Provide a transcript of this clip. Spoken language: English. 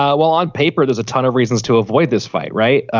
ah well on paper there's a ton of reasons to avoid this fight right.